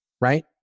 right